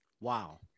Wow